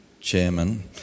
chairman